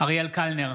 אריאל קלנר,